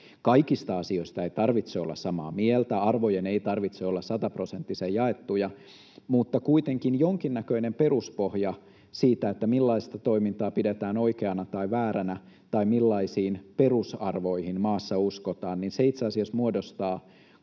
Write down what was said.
Kaikista asioista ei tarvitse olla samaa mieltä. Arvojen ei tarvitse olla sataprosenttisen jaettuja, mutta kuitenkin jonkinnäköinen peruspohja siitä, millaista toimintaa pidetään oikeana tai vääränä tai millaisiin perusarvoihin maassa uskotaan, itse asiassa muodostaa koko